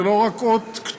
זה לא רק אות כתובה,